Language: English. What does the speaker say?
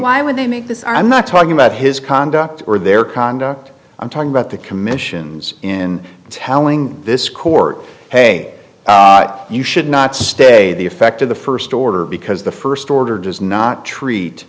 would they make this i'm not talking about his conduct or their conduct i'm talking about the commissions in telling this court hey you should not stay the effect of the first order because the first order does not treat